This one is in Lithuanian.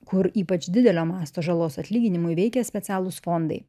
kur ypač didelio masto žalos atlyginimui veikia specialūs fondai